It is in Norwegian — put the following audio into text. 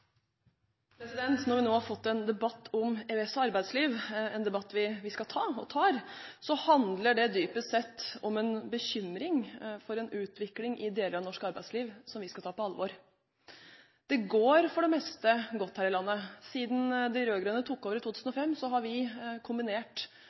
Når vi nå har fått en debatt om EØS og arbeidsliv – en debatt vi skal ta, og tar – handler det dypest sett om en bekymring for en utvikling i deler av norsk arbeidsliv som vi skal ta på alvor. Det går for det meste godt her i landet. Siden de rød-grønne tok over i